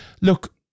look